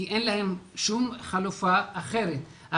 כי אין להם שום חלופה אחרת.